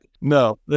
no